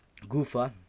Gufa